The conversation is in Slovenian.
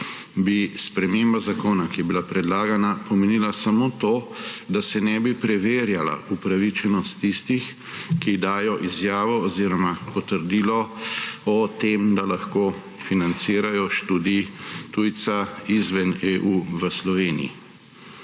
bi sprememba zakona, ki je bila predlagana pomenila samo to, da se ne bi preverjala upravičenost tistih, ki dajo izjavo oziroma potrdilo o tem, da lahko financirajo študij tujca izven EU v Sloveniji.